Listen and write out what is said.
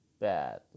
bad